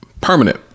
permanent